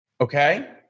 okay